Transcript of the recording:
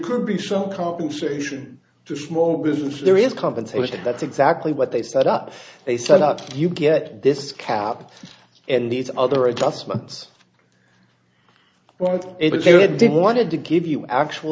could be some compensation to small business there is compensation that's exactly what they set up they set up you get this cap and these other adjustments well it did wanted to give you actual